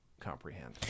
comprehend